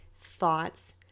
thoughts